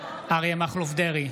אריה מכלוף דרעי,